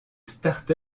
start